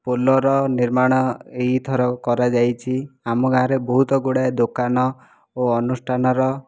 ପୋଲର ନିର୍ମାଣ ଏଇଥର କରାଯାଇଛି ଆମ ଗାଁରେ ବହୁତ ଗୁଡ଼ାଏ ଦୋକାନ ଓ ଅନୁଷ୍ଠାନର